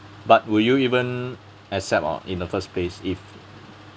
but will you even accept or in the first place if